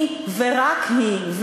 היא ורק היא,